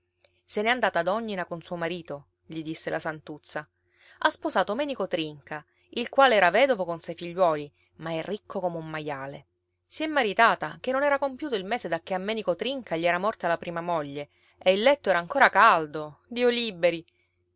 se n'è andata ad ognina con suo marito gli disse la santuzza ha sposato menico trinca il quale era vedovo con sei figliuoli ma è ricco come un maiale si è maritata che non era compiuto il mese dacché a menico trinca gli era morta la prima moglie e il letto era ancora caldo dio liberi